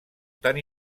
tan